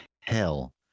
hell